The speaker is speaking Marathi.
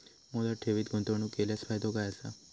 मुदत ठेवीत गुंतवणूक केल्यास फायदो काय आसा?